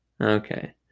Okay